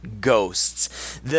ghosts